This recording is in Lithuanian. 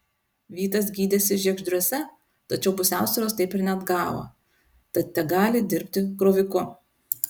vytas gydėsi žiegždriuose tačiau pusiausvyros taip ir neatgavo tad tegali dirbti kroviku